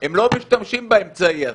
הם לא משתמשים באמצעי הזה,